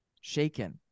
shaken